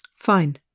Fine